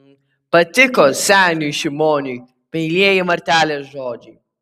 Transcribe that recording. patiko seniui šimoniui meilieji martelės žodžiai